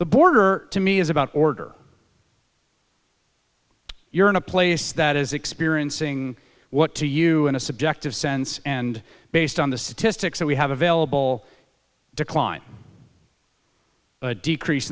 the border to me is about order you're in a place that is experiencing what to you in a subjective sense and based on the statistics that we have available decline a decrease